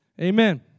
Amen